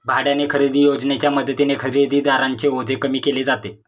भाड्याने खरेदी योजनेच्या मदतीने खरेदीदारांचे ओझे कमी केले जाते